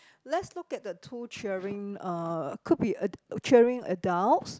let's look at two cheering uh could be a cheering adults